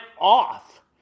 off